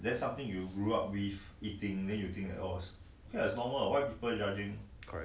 correct